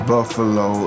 Buffalo